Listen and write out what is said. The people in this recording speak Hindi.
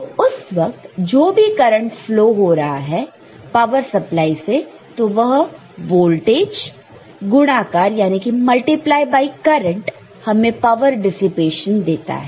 तो उस वक्त जो भी करंट फ्लो हो रहा है पावर सप्लाई से तो वह वोल्टेज गुणाकार multiply by multiply by current हमें पावर डिसिपेशन देता है